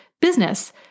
business